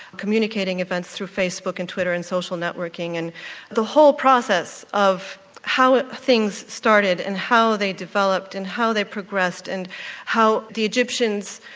communicating events through facebook and twitter and social networking. the whole process of how things started and how they developed and how they progressed and how the egyptians,